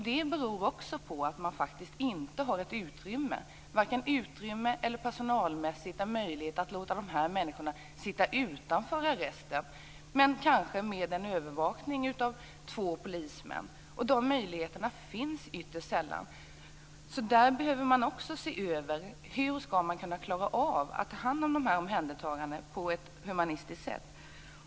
Det beror på att man varken har utrymme eller personal nog för att låta dessa människor sitta utanför arresten. Det behövs kanske övervakning av två polismän, och de möjligheterna finns ytterst sällan. Vi behöver se över hur vi skall kunna klara av att ta hand om de omhändertagna på ett humanistiskt sätt.